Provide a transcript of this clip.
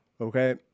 Okay